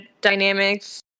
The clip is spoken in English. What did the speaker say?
dynamics